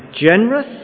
generous